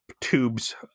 tubes